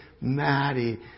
Maddie